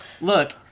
look